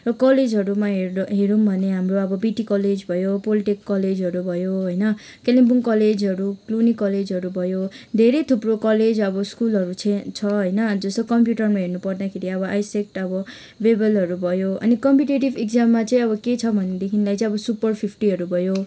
र कलेजहरूमा हेर् हेरौँ भने हाम्रो अब बिटी कलेज भयो पोलटेक कलेजहरू भयो होइन कालिम्पोङ कलेजहरू क्लुनी कलेजहरू भयो धेरै थुप्रो कलेज अब स्कुलहरू चाहिँ छ होइन जस्तो कम्प्युटरमा हेर्नु पर्दाखेरि अब आइसेक्ट अब वेबलहरू भयो अब कम्पिटेटिभ इक्जाममा चाहिँ अब के छ भनेदेखिन्लाई चाहिँ अब सुपर फिफ्टीहरू भयो